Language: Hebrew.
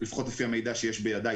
לפחות לפי המידע שיש בידי,